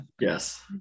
Yes